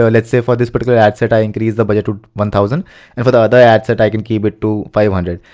so let's say for this particular ad set, i increase the value but to one thousand and for the other ad set i can keep it to five hundred.